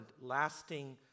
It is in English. lasting